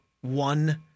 one